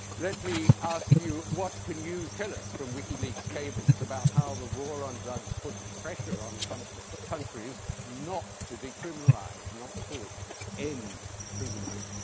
let me ask you, what could you tell us from wikileaks cables about how the war on drugs puts pressure on countries countries not to decriminalize, not too end imprisonment?